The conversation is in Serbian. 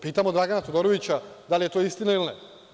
Pitamo Dragana Todorovića da li je to istina ili ne?